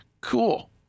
Cool